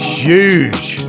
huge